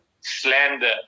slander